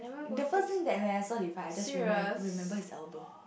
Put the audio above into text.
the first thing that when I saw divide I just remem~ remember his album